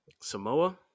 Samoa